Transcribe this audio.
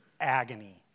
agony